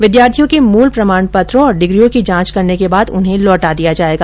छात्रों के मूल प्रमाणपत्रों ोर डिग्रियों की जांच करने के बाद उन्हें लौटा दिया जाएगा